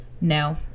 No